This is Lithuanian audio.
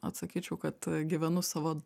atsakyčiau kad gyvenu savo